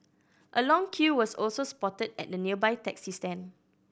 a long queue was also spotted at the nearby taxi stand